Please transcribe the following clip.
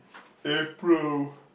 April